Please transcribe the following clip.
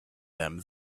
them